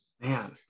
Man